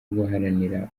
guharanira